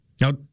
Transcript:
Now